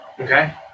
Okay